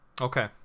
Okay